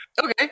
Okay